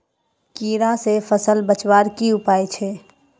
कीड़ा से फसल बचवार की उपाय छे?